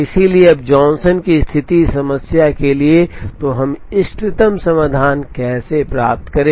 इसलिए जब जॉनसन की स्थिति इस समस्या के लिए है तो हम इष्टतम समाधान कैसे प्राप्त करें